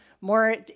more